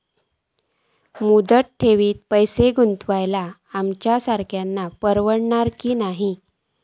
मुदत ठेवीत पैसे गुंतवक आमच्यासारख्यांका परवडतला की नाय?